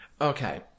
Okay